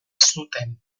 zuten